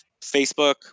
facebook